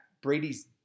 Brady's